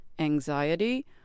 anxiety